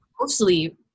mostly